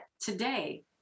today